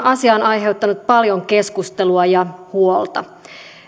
asia on aiheuttanut paljon keskustelua ja huolta